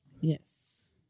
Yes